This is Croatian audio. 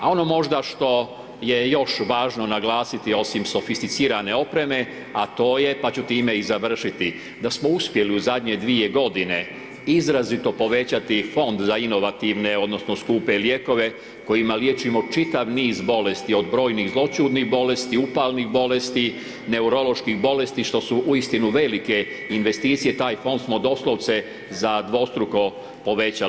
A ono možda što je još važno naglasiti osim sofisticirane opreme, a to je pa ću time i završiti, da smo uspjeli u zadnje dvije godine izrazito povećati fond za inovativne odnosno skupe lijekove kojima liječimo čitav niz bolesti, od brojnih zloćudnih bolesti, upalnih bolesti, neuroloških bolesti što su uistinu velike investicije taj fond smo doslovce za dvostruko povećali.